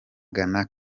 ghana